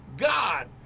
God